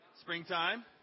Springtime